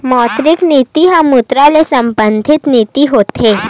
मौद्रिक नीति ह मुद्रा ले संबंधित नीति होथे